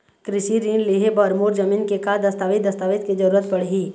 कृषि ऋण लेहे बर मोर जमीन के का दस्तावेज दस्तावेज के जरूरत पड़ही?